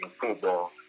football